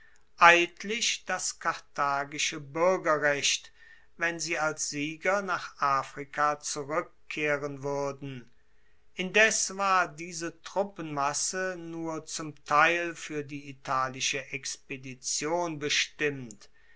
eidlich das karthagische buergerrecht wenn sie als sieger nach afrika zurueckkehren wuerden indes war diese truppenmasse nur zum teil fuer die italische expedition bestimmt